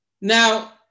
now